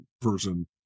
person